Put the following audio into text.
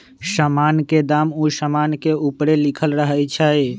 समान के दाम उ समान के ऊपरे लिखल रहइ छै